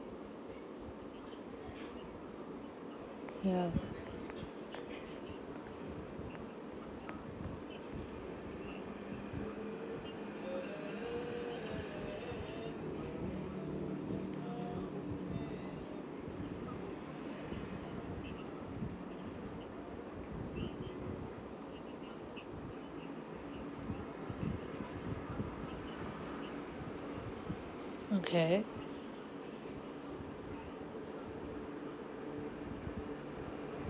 ya okay